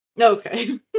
Okay